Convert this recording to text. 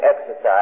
exercise